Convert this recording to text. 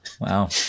wow